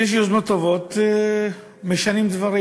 כשיש יוזמות טובות, משנים דברים,